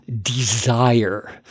desire